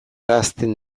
ahazten